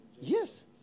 Yes